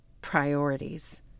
Priorities